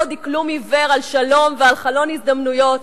דקלום עיוור על שלום ועל חלון הזדמנויות,